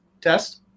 Test